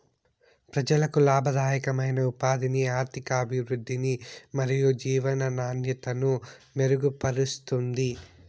ప్రజలకు లాభదాయకమైన ఉపాధిని, ఆర్థికాభివృద్ధిని మరియు జీవన నాణ్యతను మెరుగుపరుస్తుంది